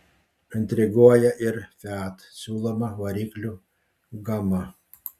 intriguoja ir fiat siūloma variklių gama